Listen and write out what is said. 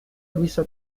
luisa